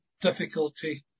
difficulty